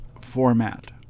format